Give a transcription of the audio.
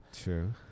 True